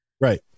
Right